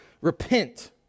repent